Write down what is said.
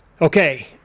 Okay